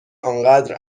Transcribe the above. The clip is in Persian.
آنقدر